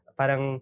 parang